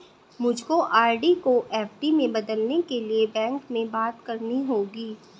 मुझको आर.डी को एफ.डी में बदलने के लिए बैंक में बात करनी होगी